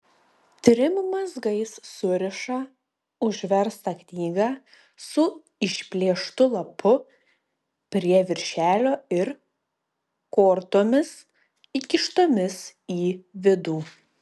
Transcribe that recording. trim mazgais suriša užverstą knygą su išplėštu lapu prie viršelio ir kortomis įkištomis į vidų